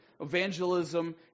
evangelism